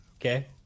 okay